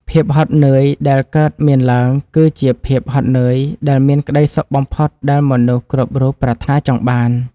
ភាពហត់នឿយដែលកើតមានឡើង គឺជាភាពហត់នឿយដែលមានក្ដីសុខបំផុតដែលមនុស្សគ្រប់រូបប្រាថ្នាចង់បាន។